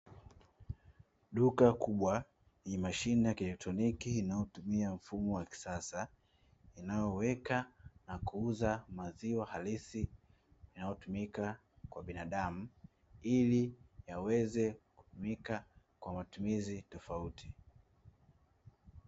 Duka kubwa, lenye mashine ya kielektroniki inayotumia mfumo wa kisasa, inayoweka na kuuza maziwa halisi yanayotumika kwa binadamu, ili yaweze kutumika kwa matumizi tofauti.